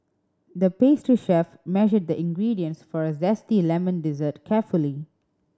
the pastry chef measured the ingredients for a zesty lemon dessert carefully